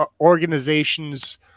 organization's